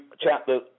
chapter